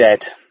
dead